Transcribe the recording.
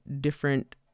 different